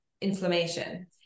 inflammation